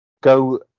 go